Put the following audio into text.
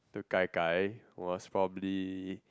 to Gai Gai was probably